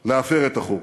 להפר את החוק.